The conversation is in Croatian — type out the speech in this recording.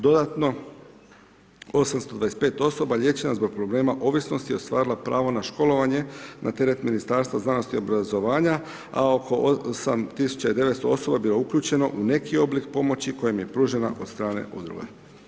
Dodatno, 825 osoba liječeno zbog problema ovisnosti ostvarilo je pravo na školovanje na teret Ministarstva znanosti i obrazovanja a oko 8900 osoba bilo je uključeno u neki oblik pomoći koja im je pružena od strane udruga.